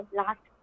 last